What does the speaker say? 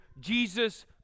Jesus